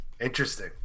Interesting